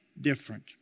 different